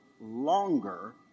longer